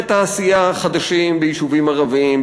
אזורי תעשייה חדשים ביישובים ערביים,